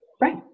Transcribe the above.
Right